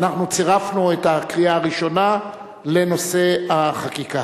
ואנחנו צירפנו את הקריאה הראשונה לנושא החקיקה.